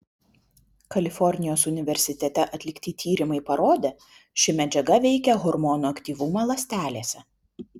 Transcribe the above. kalifornijos universitete atlikti tyrimai parodė ši medžiaga veikia hormonų aktyvumą ląstelėse